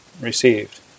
received